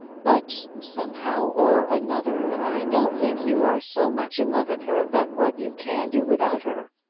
but somehow or another, i don't think you are so much in love with her but what you can do without her.